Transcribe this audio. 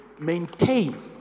maintain